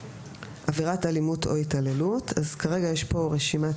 "עבירת אלימות או התעללות" כרגע יש כאן רשימת